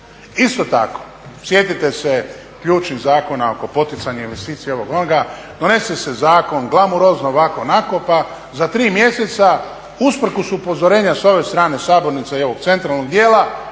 Isto tako sjetite se ključnih zakona oko poticanja investicija, ovog, onoga, donese se zakon, glamurozno, ovako, onako pa za 3 mjeseca usprkos upozorenja s ove strane sabornice i ovog centralnog dijela